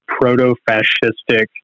proto-fascistic